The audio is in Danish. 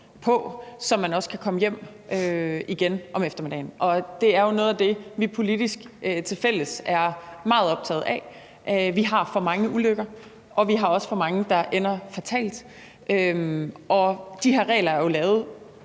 på, så man også kan komme hjem igen om eftermiddagen. Det er jo noget af det, vi politisk fælles er meget optagede af. Vi har for mange ulykker, og vi har også for mange, der ender fatalt. De her regler er jo lavet